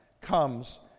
comes